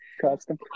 Custom